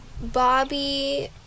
Bobby